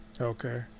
okay